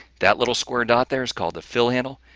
that little square dot there is called the fill handle,